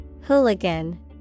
Hooligan